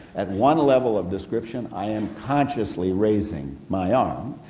at one level of description i am consciously raising my arm,